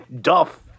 Duff